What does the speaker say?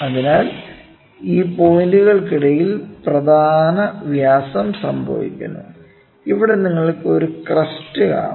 അതിനാൽ ഈ പോയിന്റിനിടയിൽ പ്രധാന വ്യാസം സംഭവിക്കുന്നു ഇവിടെ നിങ്ങൾക്ക് ഒരു ക്രെസ്റ് കാണാം